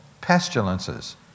pestilences